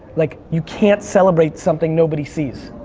like you can't celebrate something nobody sees.